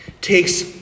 takes